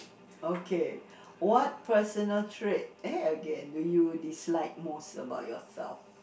okay what personal trait eh again do you dislike most about yourself